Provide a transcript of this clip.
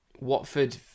Watford